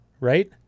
right